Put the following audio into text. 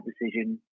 decision